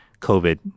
COVID